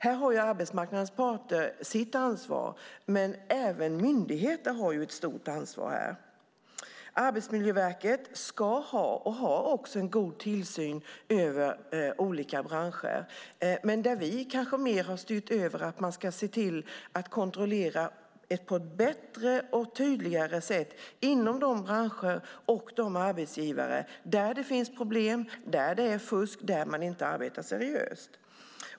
Här har arbetsmarknadens parter sitt ansvar, men även myndigheterna har ett stort ansvar. Arbetsmiljöverket ska ha och har också en god tillsyn över olika branscher, men vi har kanske mer styrt över det till att man ska se till att kontrollera på ett bättre och tydligare sätt inom de branscher och hos de arbetsgivare där det finns problem, där det är fusk och där man inte arbetar seriöst.